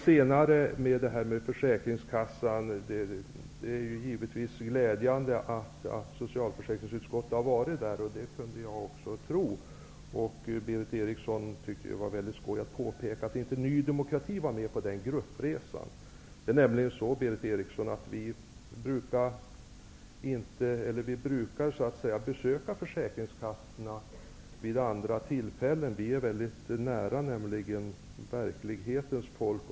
Vidare har vi frågan om besöket på försäkringskassan. Det är givetvis glädjande att socialförsäkringsutskottet har besökt en försäkringskassa. Berith Eriksson tyckte att det var skoj att påpeka att Ny demokrati inte var med på gruppresan. Men vi brukar besöka försäkringskassor vid andra tillfällen. Vi är nära verklighetens folk.